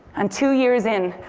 and two years in,